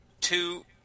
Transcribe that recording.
Two